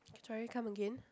sorry come again